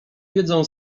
wiedzą